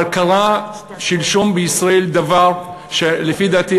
אבל שלשום קרה בישראל דבר שלפי דעתי,